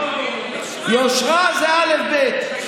יושרה זה אלף-בית.